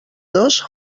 dos